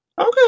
Okay